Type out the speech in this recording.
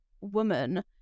woman